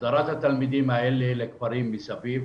הדרת התלמידים האלה לכפרים מסביב